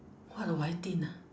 what would I think ah